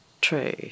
True